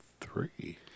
three